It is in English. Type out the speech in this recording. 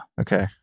Okay